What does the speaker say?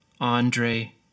Andre